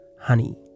Honey